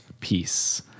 peace